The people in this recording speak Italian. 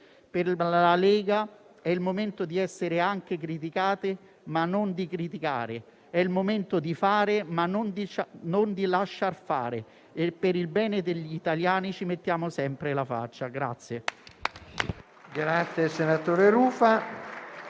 Per la Lega è il momento di essere anche criticati, ma non di criticare; è il momento di fare, ma non di lasciar fare. Per il bene degli italiani ci mettiamo sempre la faccia.